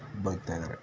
ಬದುಕ್ತಾ ಇದ್ದಾರೆ